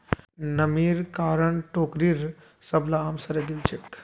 नमीर कारण टोकरीर सबला आम सड़े गेल छेक